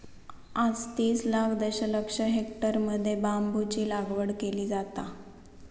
आज तीस लाख दशलक्ष हेक्टरमध्ये बांबूची लागवड केली जाता